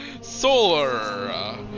Solar